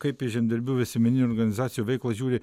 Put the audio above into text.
kaip į žemdirbių visuomeninių organizacijų veiklą žiūri